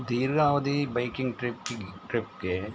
ದೀರ್ಘಾವಧಿ ಬೈಕಿಂಗ್ ಟ್ರಿಪ್ಗೆ ಟ್ರಿಪ್ಗೆ